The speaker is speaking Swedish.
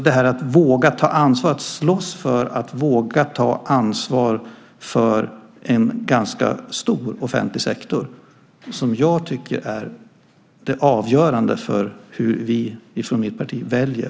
Detta att slåss för och våga ta ansvar för en ganska stor offentlig sektor tycker jag är det avgörande för hur vi i mitt parti väljer.